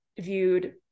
viewed